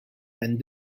and